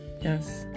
Yes